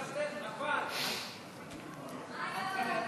חברת הכנסת אבקסיס מוזמנת